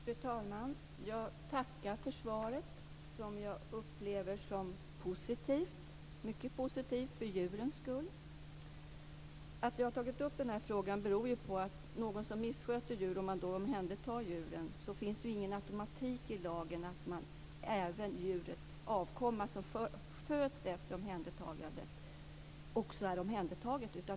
Fru talman! Jag tackar för svaret, som jag upplever som mycket positivt för djurens skull Att jag har tagit upp denna fråga beror på att om någon missköter djuren, som blir omhändertagna, finns det ingen automatik i lagen som säger att även djurens avkomma som föds efter omhändertagandet är omhändertaget.